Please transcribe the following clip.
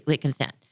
consent